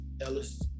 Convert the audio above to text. Ellis